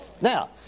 Now